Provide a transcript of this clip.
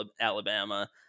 Alabama